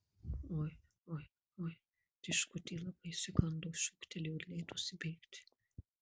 oi oi oi tiškutė labai išsigando šūktelėjo ir leidosi bėgti